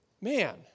man